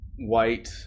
white